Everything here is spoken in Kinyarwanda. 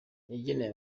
yageneye